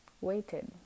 waited